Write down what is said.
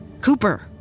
Cooper